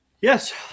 Yes